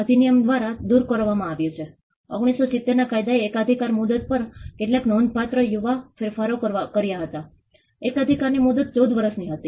અહીંની કેટલીક ઝલક અને તસવીર તમે જોઈ શકો છો કે અમે જે કર્યું તે ખુલ્લું અંતિમ ઇન્ટરવ્યૂ જૂથ ચર્ચા છે